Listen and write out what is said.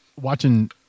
watching